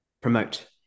promote